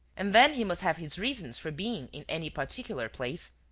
and then he must have his reasons for being in any particular place,